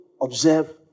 observe